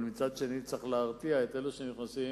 אבל מצד שני צריך להרתיע את אלה שנכנסים,